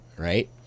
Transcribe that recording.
right